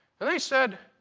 and they said,